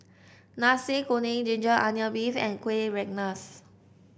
Nasi Kuning ginger onion beef and Kueh Rengas